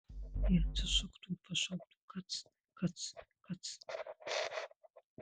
ji atsisuktų ir pašauktų kac kac kac